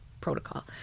protocol